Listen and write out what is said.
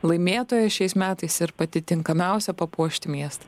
laimėtoja šiais metais ir pati tinkamiausia papuošti miestą